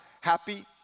happy